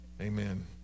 Amen